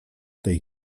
tej